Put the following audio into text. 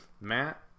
Matt